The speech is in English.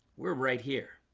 we're right here